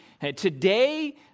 Today